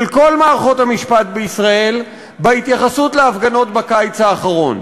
כל מערכות המשפט בישראל בהתייחסות להפגנות בקיץ האחרון,